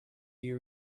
you